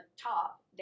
top